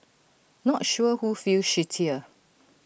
not sure who feels shittier